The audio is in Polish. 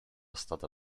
stada